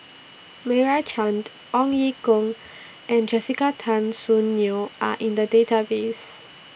Meira Chand Ong Ye Kung and Jessica Tan Soon Neo Are in The Database